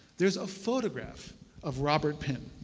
there's a photograph of robert pin.